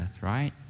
right